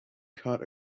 cut